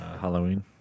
Halloween